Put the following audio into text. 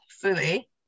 fully